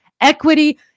equity